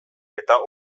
eta